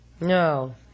No